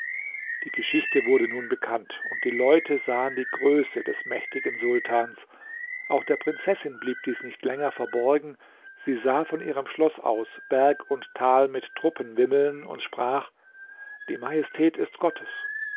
die geschichte wurde nun bekannt und die leute sahen die größe des mächtigen sultans auch der prinzessin blieb dies nicht länger verborgen sie sah von ihrem schloß aus berg und tal mit truppen wimmeln und sprach die majestät ist gottes